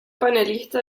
panelista